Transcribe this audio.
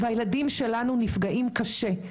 הילדים שלנו נפגעים קשה.